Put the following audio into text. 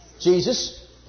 Jesus